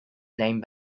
name